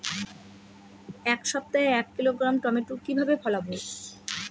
এক সপ্তাহে এক কিলোগ্রাম টমেটো কিভাবে ফলাবো?